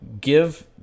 give